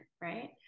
right